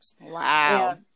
Wow